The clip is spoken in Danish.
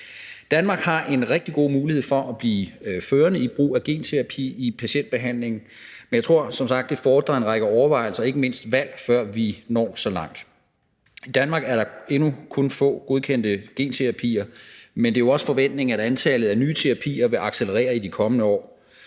Danmark har en rigtig god mulighed for at blive førende i brug af genterapi i patientbehandlingen, men jeg tror som sagt, at det fordrer en række overvejelser og ikke mindst valg, før vi når så langt. I Danmark er der endnu kun få godkendte genterapier, men det er jo også forventningen, at antallet af nye terapier vil accelerere i de kommende år.